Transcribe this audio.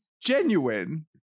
genuine